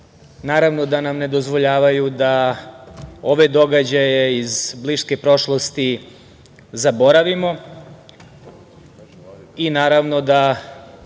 naravno da nam ne dozvoljavaju da ove događaje iz bliske prošlosti zaboravimo i naravno da